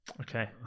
Okay